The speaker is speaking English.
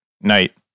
night